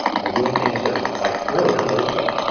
and they're doing things that are like really unbelievable.